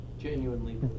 Genuinely